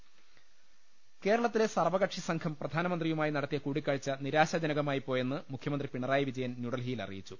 ലലലലലലലലലലലലല കേരളത്തിലെ സർവ്വകക്ഷിസംഘം പ്രധാനമന്ത്രിയു മായി നടത്തിയ കൂടിക്കാഴ്ച നിരാശാജനകമായിപ്പോ യെന്ന് മുഖ്യമന്ത്രി പിണറായി വിജയൻ ന്യൂഡൽഹിയിൽ അറിയിച്ചു